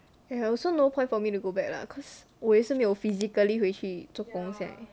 !aiya! also no point for me to go back lah cause 我也是没有 physically 回去做工现在